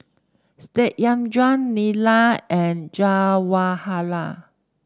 Satyendra Neelam and Jawaharlal